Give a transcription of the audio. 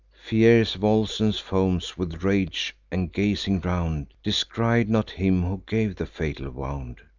fierce volscens foams with rage, and, gazing round, descried not him who gave the fatal wound,